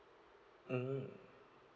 mm